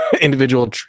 individual